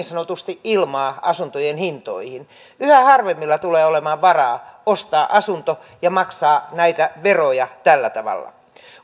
sanotusti ilmaa asuntojen hintoihin yhä harvemmilla tulee olemaan varaa ostaa asunto ja maksaa näitä veroja tällä tavalla